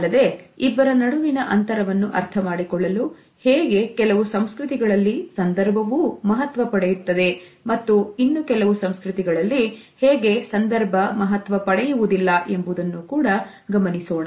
ಅಲ್ಲದೆ ಇಬ್ಬರ ನಡುವಿನ ಅಂತರವನ್ನು ಅರ್ಥಮಾಡಿಕೊಳ್ಳಲು ಹೇಗೆ ಕೆಲವು ಸಂಸ್ಕೃತಿಗಳಲ್ಲಿ ಸಂದರ್ಭವೂ ಮಹತ್ವ ಪಡೆಯುತ್ತದೆ ಮತ್ತು ಇನ್ನು ಕೆಲವು ಸಂಸ್ಕೃತಿಗಳಲ್ಲಿ ಹೇಗೆ ಸಂದರ್ಭ ಮಹತ್ವ ಪಡೆಯುವುದಿಲ್ಲ ಎಂಬುದನ್ನು ಕೂಡ ಗಮನಿಸೋಣ